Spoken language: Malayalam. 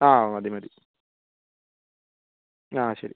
ആ മതി മതി ആ ശരി